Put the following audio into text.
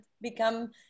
become